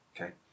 okay